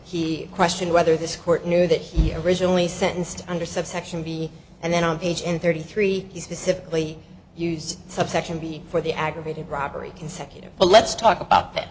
he questioned whether this court knew that he originally sentenced under subsection b and then on page in thirty three he specifically used subsection b for the aggravated robbery consecutive well let's talk about that